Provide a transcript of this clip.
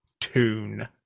tune